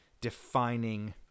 defining